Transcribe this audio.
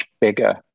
bigger